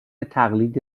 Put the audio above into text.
تقلید